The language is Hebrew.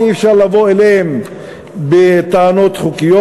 אי-אפשר לבוא אליהם בטענות חוקיות.